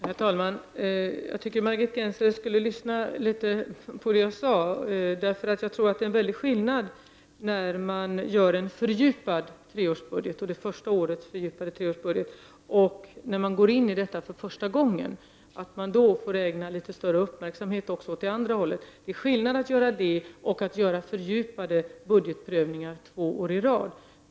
Herr talman! Jag tycker att Margit Gennser skulle lyssna litet mer på det som jag säger. Jag tror nämligen att det är en mycket stor skillnad mellan att göra det första årets fördjupade treårsbudget, dvs. när man går in i detta för första gången då litet större uppmärksamhet får ägnas även åt det andra hållet, och att göra fördjupade budgetprövningar två år i rad.